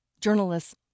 Journalists